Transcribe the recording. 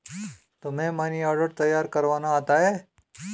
तुम्हें money order तैयार करवाना आता है?